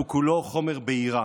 הוא כולו חומר בעירה.